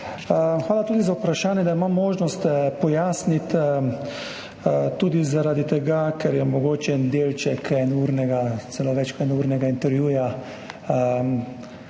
Hvala tudi za vprašanje, da imam možnost pojasniti. Tudi zaradi tega, ker je mogoče en delček enournega, celo več kot enournega intervjuja